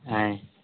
ఆయ్